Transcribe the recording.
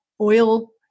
oil